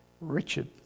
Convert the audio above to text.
Richard